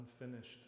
unfinished